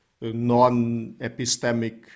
non-epistemic